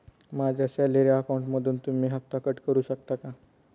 माझ्या सॅलरी अकाउंटमधून तुम्ही हफ्ता कट करू शकता का?